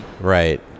Right